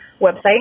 website